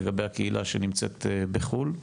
לגבי הקהילה שנמצאת בחו"ל.